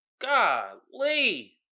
Golly